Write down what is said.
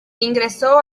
ingresó